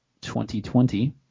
2020